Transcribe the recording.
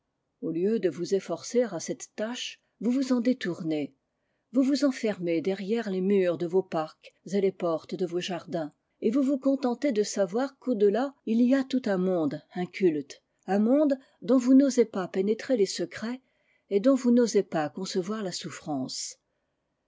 au lieu de vous efforcer à cette tâche vous vous en détournez vous vous enfermez derrière les murs de vos parcs et les portes de vos jardins et vous vous contentez de savoir qu'au delà il y a tout un monde inculte un monde dont vous n'osez pas pénétrer les secrets et dont vous n'osez pas concevoir la souffrance